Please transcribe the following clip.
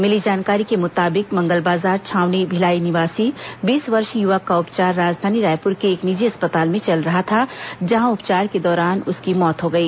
मिली जानकारी के मुताबिक मंगलबाजार छावनी भिलाई निवासी बीस वर्षीय युवक का उपचार राजधानी रायपुर के एक निजी अस्पताल में चल रहा था जहां उपचार के दौरान उसकी मौत हो गई